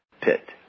Pit